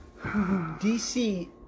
DC